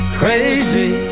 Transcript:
crazy